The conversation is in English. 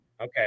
Okay